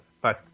Bye